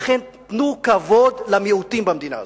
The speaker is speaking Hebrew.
לכן תנו כבוד למיעוטים במדינה הזו.